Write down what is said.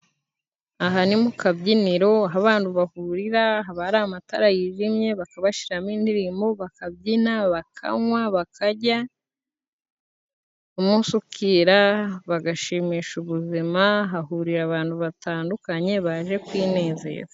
Aha ni mu kabyiniro, aho abantu bahurira, haba hari amatara yijimye, bakabashiriramo indirimbo bakabyina, bakanywa, bakajya, umunshi ukira, bagashimisha ubuzima. Hahurira abantu batandukanye baje kwinezeza.